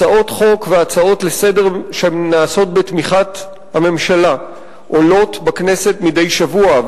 הצעות חוק והצעות לסדר שנעשות בתמיכת הממשלה עולות בכנסת מדי שבוע,